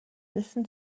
listen